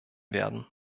werden